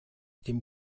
dem